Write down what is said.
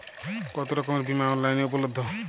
কতোরকমের বিমা অনলাইনে উপলব্ধ?